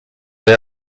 they